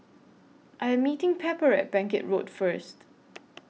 I Am meeting Pepper At Bangkit Road First